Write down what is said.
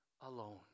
alone